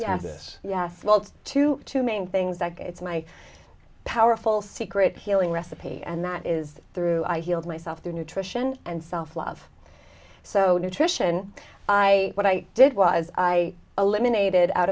yes yes well to two main things that it's my powerful secret healing recipe and that is through i healed myself through nutrition and self love so do tricia and i what i did was i a limb unaided out